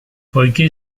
poiché